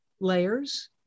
layers